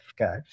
Okay